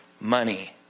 money